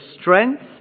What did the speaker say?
strength